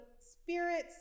spirits